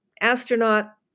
astronaut